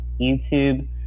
YouTube